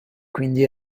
quindi